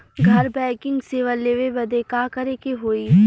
घर बैकिंग सेवा लेवे बदे का करे के होई?